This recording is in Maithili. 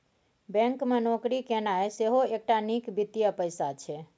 बैंक मे नौकरी केनाइ सेहो एकटा नीक वित्तीय पेशा छै